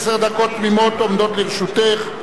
עשר דקות תמימות עומדות לרשותך.